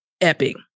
epic